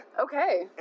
Okay